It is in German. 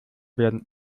werden